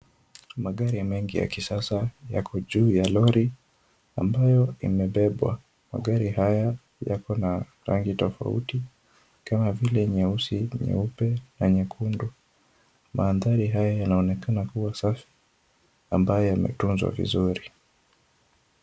Magari mengi ya kisasa yako juu ya lori ambayo imebebwa, magari haya yako na rangi tofauti kama vile nyeusi, nyeupe na nyekundu, mandhari haya yanaonekana kuwa safi ambayo yametunzwa vizuri.